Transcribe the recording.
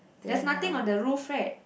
that's nothing on the roof right